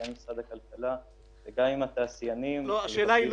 גם עם משרד הכלכלה וגם עם התעשיינים --- גל,